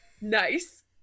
Nice